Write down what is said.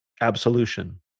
Absolution